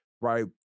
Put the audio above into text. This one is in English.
right